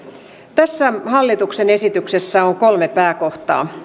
tässä hallituksen esityksessä on kolme pääkohtaa